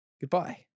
goodbye